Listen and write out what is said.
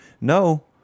No